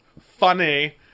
Funny